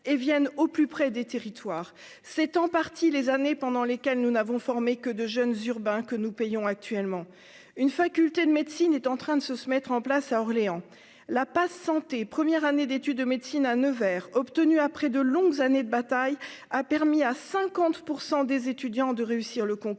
et viennent au plus près des territoires, c'est en partie les années pendant lesquelles nous n'avons formé que de jeunes urbains que nous payons actuellement une faculté de médecine est en train de se se mettre en place à Orléans la passe santé premières années d'études de médecine à Nevers, obtenu après de longues années de bataille, a permis à 50 % des étudiants de réussir le concours,